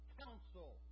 counsel